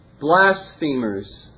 blasphemers